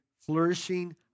flourishing